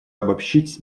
обобщить